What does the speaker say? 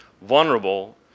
vulnerable